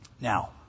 Now